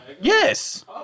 yes